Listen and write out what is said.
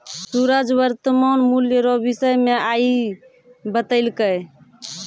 सूरज ने वर्तमान मूल्य रो विषय मे आइ बतैलकै